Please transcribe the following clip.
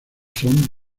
son